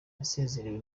yasezerewe